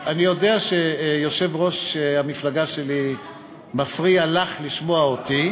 אני יודע שיושב-ראש המפלגה שלי מפריע לך לשמוע אותי,